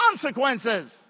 consequences